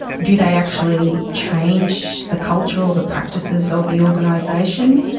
do they actually change the culture or the practices of the organisation?